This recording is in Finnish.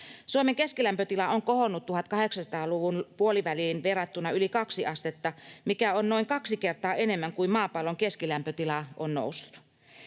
Suomen keskilämpötila on kohonnut 1800-luvun puoliväliin verrattuna yli kaksi astetta, mikä on noin kaksi kertaa enemmän kuin maapallon keskilämpötila on noussut.